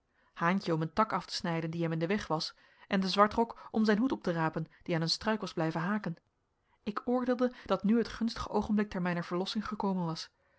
haentje om een tak af te snijden die hem in den weg was en de zwartrok om zijn hoed op te rapen die aan een struik was blijven haken ik oordeelde dat nu het gunstige oogenblik ter mijner verlossing gekomen was